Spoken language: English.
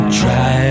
try